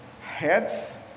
heads